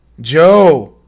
Joe